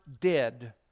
dead